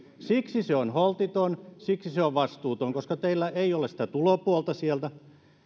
siksi se on holtiton siksi se on vastuuton koska teillä ei ole sitä tulopuolta sieltä